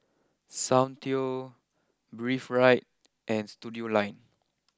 Soundteoh Breathe right and Studioline